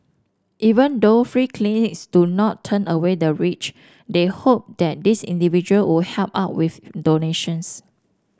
even though free clinics do not turn away the rich they hope that these individual would help out with donations